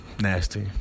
nasty